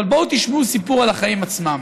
אבל בואו תשמעו סיפור על החיים עצמם.